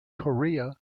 korea